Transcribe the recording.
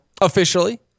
officially